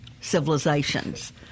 civilizations